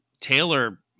Taylor